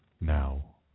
Now